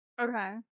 Okay